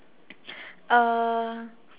uh